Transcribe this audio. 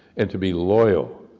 and to be loyal,